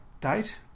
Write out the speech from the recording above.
date